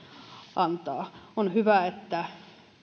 antaa on hyvä että